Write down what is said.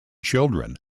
children